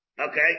Okay